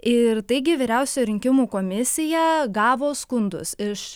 ir taigi vyriausioji rinkimų komisija gavo skundus iš